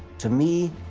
to me,